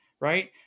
right